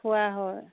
খোৱা হয়